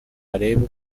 arebe